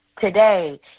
today